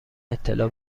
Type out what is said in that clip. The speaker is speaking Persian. اطلاع